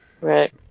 Right